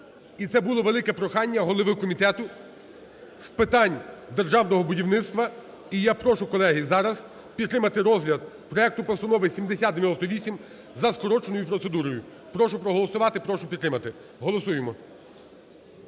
І це було велике прохання голови Комітету з питань державного будівництва. І я прошу, колеги, зараз підтримати розгляд проекту постанови 7098 за скороченою процедурою. Прошу проголосувати, прошу підтримати, голосуємо.